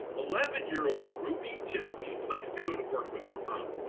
eleven year old ruby gypsy likes to go to work with her mom.